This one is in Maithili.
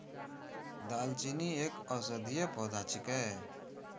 दालचीनी एक औषधीय पौधा छिकै